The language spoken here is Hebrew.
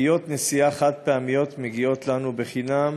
שקיות נשיאה חד-פעמיות מגיעות לנו בחינם,